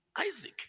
Isaac